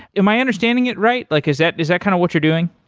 am i understanding it right? like is that is that kind of what you're doing?